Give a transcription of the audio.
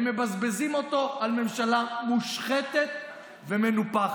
הם מבזבזים אותו על ממשלה מושחתת ומנופחת.